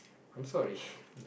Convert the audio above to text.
I'm sorry